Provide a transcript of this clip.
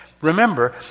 Remember